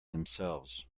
themselves